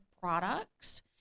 products